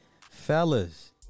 fellas